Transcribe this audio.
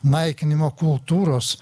naikinimo kultūros